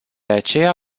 aceea